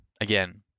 again